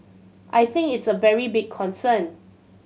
I think it's a very big concern